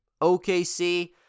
OKC